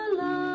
la